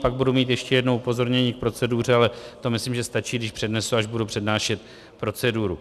Pak budu mít ještě jedno upozornění k proceduře, ale to myslím, že stačí, když přednesu, až budu přednášet proceduru.